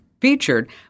featured